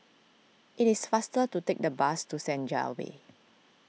it is faster to take the bus to Senja Way